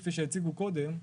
כפי שהציגו קודם,